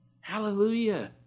Hallelujah